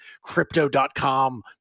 crypto.com